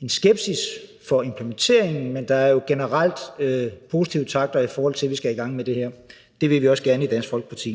en skepsis over for implementeringen, men der er jo generelt positive takter, i forhold til at vi skal i gang med det her. Det vil vi også gerne i Dansk Folkeparti.